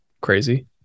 crazy